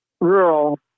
rural